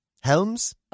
Helms